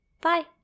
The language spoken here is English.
Bye